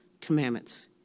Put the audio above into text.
commandments